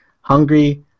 Hungry